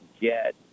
get